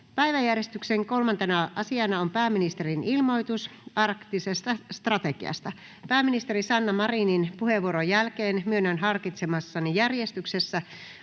Päiväjärjestyksen 3. asiana on pääministerin ilmoitus arktisesta strategiasta. Pääministeri Sanna Marinin puheenvuoron jälkeen myönnän harkitsemassani järjestyksessä